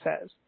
says